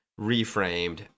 reframed